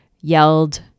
yelled